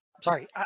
sorry